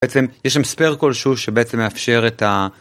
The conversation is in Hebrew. בעצם יש שם ספייר כלשהו שבעצם מאפשר את ה...